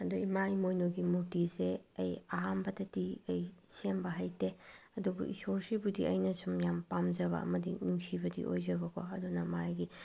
ꯑꯗꯣ ꯏꯃꯥ ꯏꯃꯣꯏꯅꯨꯒꯤ ꯃꯨꯔꯇꯤꯁꯦ ꯑꯩ ꯑꯍꯥꯟꯕꯗꯗꯤ ꯑꯩ ꯁꯦꯝꯕ ꯍꯩꯇꯦ ꯑꯗꯨꯕꯨ ꯏꯁꯣꯔꯁꯤꯕꯨꯗꯤ ꯑꯩꯅ ꯁꯨꯝ ꯌꯥꯝ ꯄꯥꯝꯖꯕ ꯑꯃꯗꯤ ꯅꯨꯡꯁꯤꯕꯗꯤ ꯑꯣꯏꯖꯕꯀꯣ ꯑꯗꯨꯅ ꯃꯥꯒꯤ